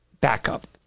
backup